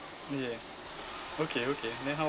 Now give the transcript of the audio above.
ya okay okay then how